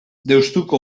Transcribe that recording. deustuko